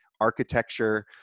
architecture